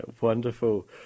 wonderful